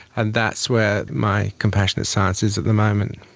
and that's where my compassionate science is at the moment.